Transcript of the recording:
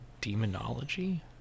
Demonology